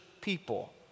people